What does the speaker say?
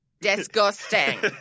Disgusting